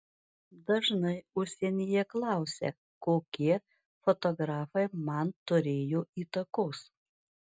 dažnai užsienyje klausia kokie fotografai man turėjo įtakos